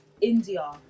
india